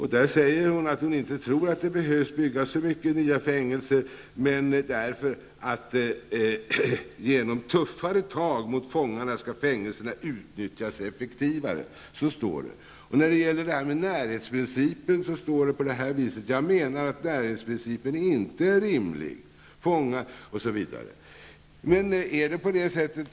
Hon säger där att hon inte tror att det behöver byggas så väldigt många nya fängelser, men genom tuffare tag mot fångarna skall fängelserna utnyttjas effektivare. Så säger hon. När det gäller närhetsprincipen säger hon att hon inte tycker den är rimlig.